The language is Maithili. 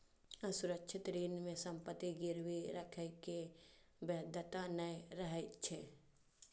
असुरक्षित ऋण मे संपत्ति गिरवी राखै के बाध्यता नै रहै छै